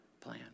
plan